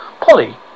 Polly